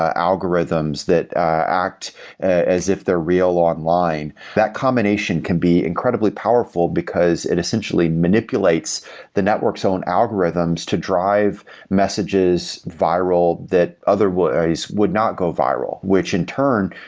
ah algorithms that act as if they're real online. that combination can be incredibly powerful, because it essentially manipulates the network's own algorithms to drive messages viral, that otherwise would not go viral. which in turn,